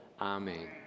Amen